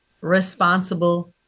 Responsible